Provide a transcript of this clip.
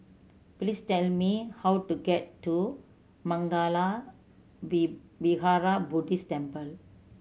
please tell me how to get to Mangala V Vihara Buddhist Temple